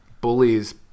bullies